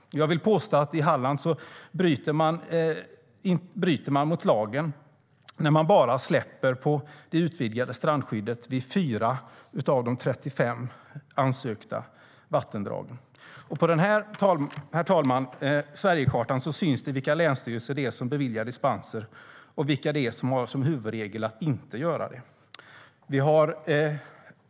Jag vill påstå att man i Halland bryter mot lagen när man bara släpper på det utvidgade strandskyddet vid 4 av de 35 vattendragen där det finns ansökningar. På den Sverigekarta som jag nu visar för kammarens ledamöter kan man se vilka länsstyrelser som beviljar dispenser och vilka som har som huvudregel att inte göra det.